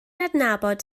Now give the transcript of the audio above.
adnabod